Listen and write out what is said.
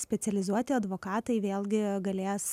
specializuoti advokatai vėlgi galės